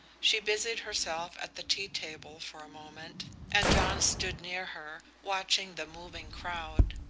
she busied herself at the tea-table for a moment, and john stood near her, watching the moving crowd.